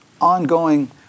ongoing